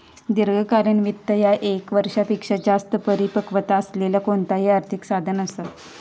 दीर्घकालीन वित्त ह्या ये क वर्षापेक्षो जास्त परिपक्वता असलेला कोणताही आर्थिक साधन असा